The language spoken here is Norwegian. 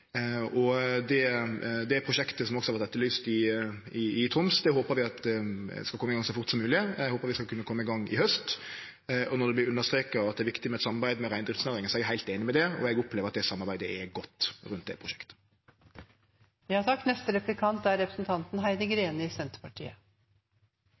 det prosjektet som også har vore etterlyst i Troms, håpar vi skal kome i gang så fort som mogleg. Eg håpar vi skal kome i gang i haust. Og når det vert understreka at det er viktig med eit samarbeid med reindriftsnæringa, er eg heilt einig i det, og eg opplever at samarbeidet er godt rundt det prosjektet. Vi ser nå en svært utfordrende situasjon i Trøndelag, der Mattilsynet har varslet beitenekt bl.a. i Grong og Namdalen. Det er